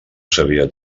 sabia